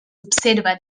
observa